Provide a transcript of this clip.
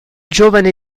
giovane